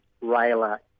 railer